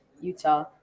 Utah